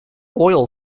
oil